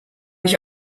ich